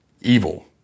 evil